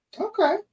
okay